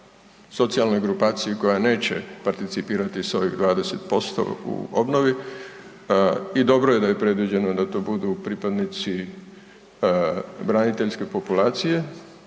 socijalnoj grupaciji koja neće participirati sa ovih 20% u obnovi, i dobro je predviđeno da tu budu pripadnici braniteljske populacije